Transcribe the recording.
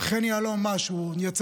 על חן יהלום,